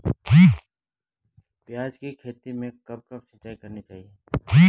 प्याज़ की खेती में कब कब सिंचाई करनी चाहिये?